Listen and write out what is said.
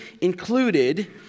included